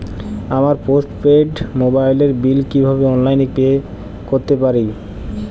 আমার postpaid মোবাইলের bill কীভাবে অনলাইনে পে করতে পারি?